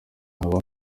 haba